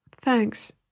Thanks